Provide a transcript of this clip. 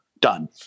Done